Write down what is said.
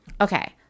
Okay